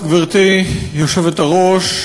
גברתי היושבת-ראש,